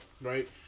Right